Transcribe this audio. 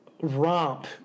romp